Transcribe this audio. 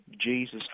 Jesus